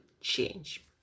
change